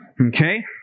Okay